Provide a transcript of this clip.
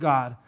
God